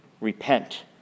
Repent